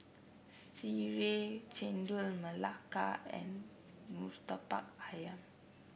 sireh Chendol Melaka and murtabak ayam